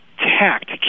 tact